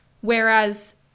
whereas